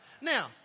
Now